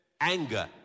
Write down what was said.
anger